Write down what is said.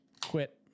quit